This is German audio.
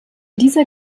dieser